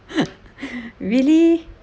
really